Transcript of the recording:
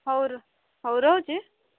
ହଉ ହଉ ରହୁଛି